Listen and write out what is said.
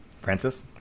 Francis